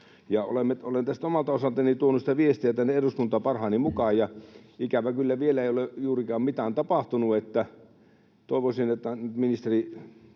Olen omalta osaltani tuonut sitä viestiä tänne eduskuntaan parhaani mukaan, ja ikävä kyllä vielä ei ole juurikaan mitään tapahtunut. Toivoisin, että puolustusministeri,